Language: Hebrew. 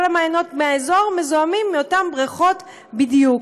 כל המעיינות באזור מזוהמים מאותן בריכות בדיוק.